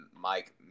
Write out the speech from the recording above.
Mike